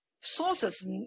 sources